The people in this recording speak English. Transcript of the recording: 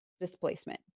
displacement